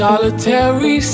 Solitary